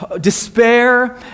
despair